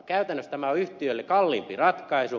käytännössä tämä on yhtiölle kalliimpi ratkaisu